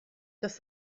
dass